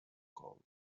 cold